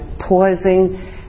pausing